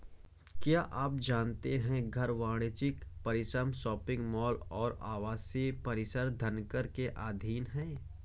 क्या आप जानते है घर, वाणिज्यिक परिसर, शॉपिंग मॉल और आवासीय परिसर धनकर के अधीन हैं?